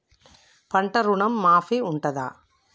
పంట ఋణం మాఫీ ఉంటదా?